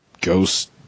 ghost